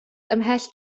ymhell